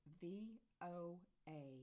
V-O-A